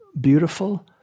beautiful